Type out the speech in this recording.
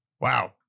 Wow